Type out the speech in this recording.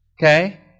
Okay